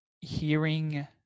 hearing